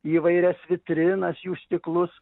įvairias vitrinas jų stiklus